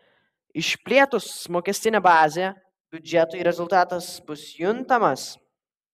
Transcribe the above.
išplėtus mokestinę bazę biudžetui rezultatas bus juntamas